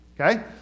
Okay